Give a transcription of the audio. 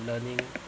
learning